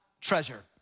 treasure